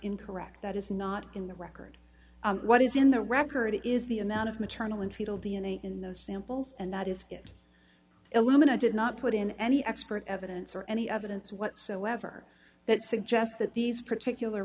incorrect that is not in the record what is in the record is the amount of maternal and fetal d n a in those samples and that is it illumina did not put in any expert evidence or any evidence whatsoever that suggests that these particular